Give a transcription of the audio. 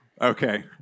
Okay